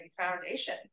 foundation